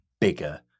bigger